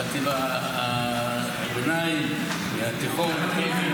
חטיבות הביניים והתיכון.